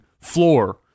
floor